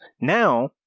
Now